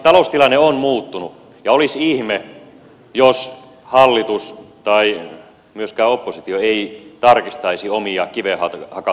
taloustilanne on muuttunut ja olisi ihme jos hallitus tai myöskään oppositio ei tarkistaisi omia kiveen hakattuja totuuksiaan